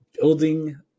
building